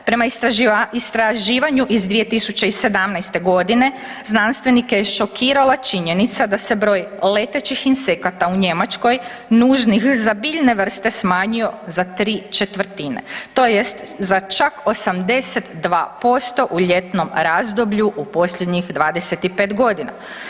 Prema istraživanju iz 2017. g. znanstvenike je šokirala činjenica da se broj letećih insekata u Njemačkoj nužnih za biljne vrste smanjio za 3/4 tj. za čak 82% u ljetnom razdoblju u posljednjih 25 godina.